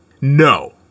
no